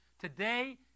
Today